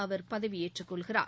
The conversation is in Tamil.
அவர் பதவியேற்று கொள்கிறார்